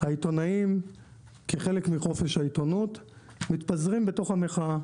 העיתונאים כחלק מחופש העיתונות מתפזרים בתוך המחאה,